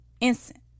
Instant